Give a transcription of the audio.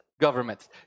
governments